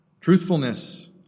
truthfulness